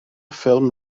ffilm